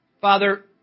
Father